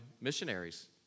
missionaries